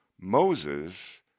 Moses